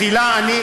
מחילה.